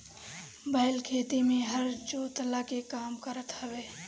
बैल खेती में हर जोतला के काम करत हवे